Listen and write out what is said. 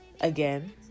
Again